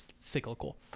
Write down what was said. cyclical